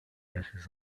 ashes